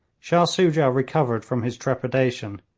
shah soojah recovered from his trepidation,